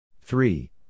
Three